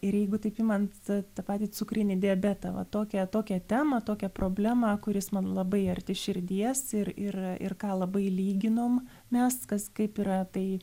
ir jeigu taip imant tą patį cukrinį diabetą va tokią tokią temą tokią problemą kuris man labai arti širdies ir ir ką labai lyginom mes kas kaip yra tai